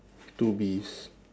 two bees